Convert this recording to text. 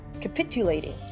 capitulating